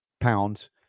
pounds